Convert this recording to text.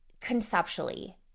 conceptually